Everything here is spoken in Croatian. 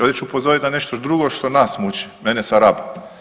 Ovdje ću upozorit na nešto drugo što nas muči, mene sa Raba.